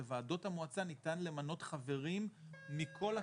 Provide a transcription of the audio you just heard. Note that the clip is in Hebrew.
בוועדות המועצה ניתן למנות חברים מכל הקשת,